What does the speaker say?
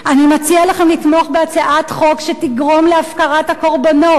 אני מציע לכם לתמוך בהצעת חוק שתגרום להפקרת הקורבנות,